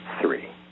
Three